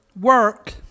work